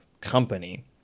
company